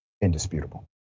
indisputable